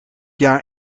jaar